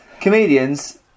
Comedians